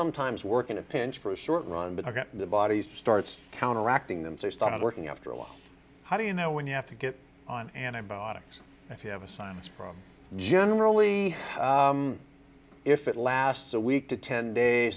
sometimes work in a pinch for a short run but i've gotten the bodies starts counteracting them so i started working after a while how do you know when you have to get on antibiotics if you have a sinus problem generally if it lasts a week to ten days